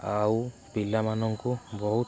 ଆଉ ପିଲାମାନଙ୍କୁ ବହୁତ